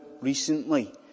recently